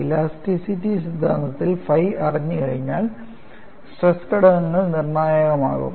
elasticity സിദ്ധാന്തത്തിൽ phi അറിഞ്ഞുകഴിഞ്ഞാൽ stress ഘടകങ്ങൾ നിർണ്ണയിക്കാനാകും